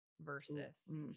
versus